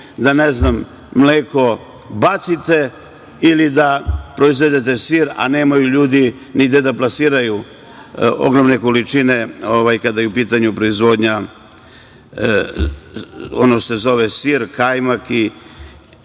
ili da mleko bacite ili da proizvedete sir, a nemaju ljudi ni gde da plasiraju ogromne količine kada je u pitanju proizvodnja sira, kajmaka. Šta